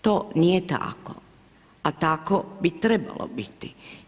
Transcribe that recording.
To nije tako a tako bi trebalo biti.